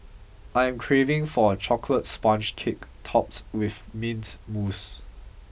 I am craving for a chocolate sponge cake topped with mint mousse